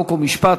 חוק ומשפט,